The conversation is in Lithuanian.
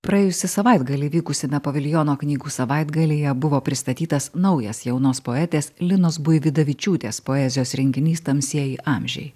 praėjusį savaitgalį vykusiame paviljono knygų savaitgalyje buvo pristatytas naujas jaunos poetės linos buividavičiūtės poezijos rinkinys tamsieji amžiai